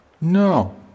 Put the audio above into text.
No